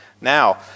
Now